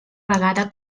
vegada